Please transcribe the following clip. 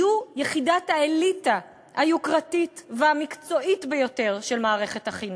יהיו יחידת האליטה היוקרתית והמקצועית ביותר של מערכת החינוך,